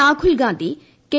രാഘുൽ Gandhi K